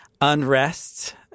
unrest